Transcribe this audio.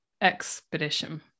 expedition